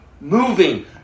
moving